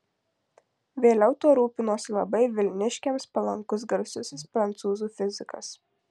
vėliau tuo rūpinosi labai vilniškiams palankus garsusis prancūzų fizikas